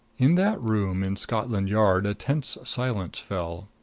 in that room in scotland yard a tense silence fell.